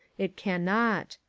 it cannot.